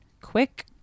quick